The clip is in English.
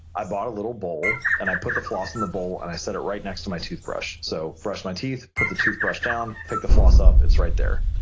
i bought a little bowl, and i put the floss in the bowl, and i set it right next to my toothbrush. so brushed my teeth, put the toothbrush down, picked the floss up, it's right there.